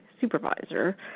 supervisor